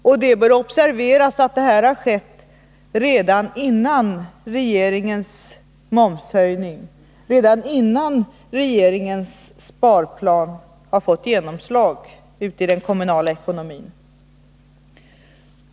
Och det bör observeras att detta skett redan innan regeringens momshöjning och regeringens sparplan har fått genomslag i den kommunala ekonomin.